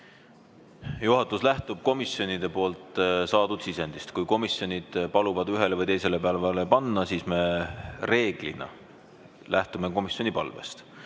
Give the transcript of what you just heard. Juhatus lähtub komisjonidelt saadud sisendist. Kui komisjonid paluvad ühele või teisele päevale panna, siis me reeglina lähtume komisjoni palvest.